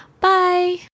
Bye